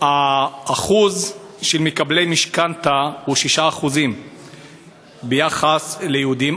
שיעור מקבלי משכנתה הוא 6% ביחס ליהודים,